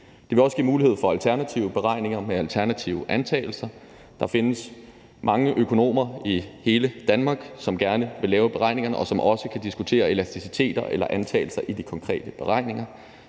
andet vil det give mulighed for alternative beregninger med alternative antagelser. Der findes mange økonomer i hele Danmark, som gerne vil lave beregningerne, og som også kan diskutere elasticiteter eller antagelser i de konkrete beregninger.